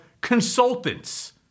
Consultants